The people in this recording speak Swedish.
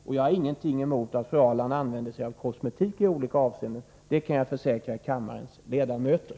Och jag har ingenting emot att fru Ahrland använder sig av kosmetik i olika avseenden — det kan jag försäkra kammarens ledamöter.